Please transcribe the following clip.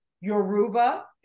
yoruba